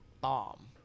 bomb